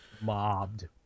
Mobbed